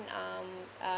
um uh